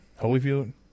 Holyfield